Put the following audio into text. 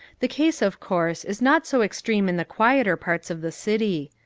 the case, of course, is not so extreme in the quieter parts of the city.